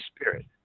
spirit